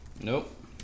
Nope